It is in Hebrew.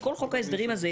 בכל חוק ההסדרים הזה,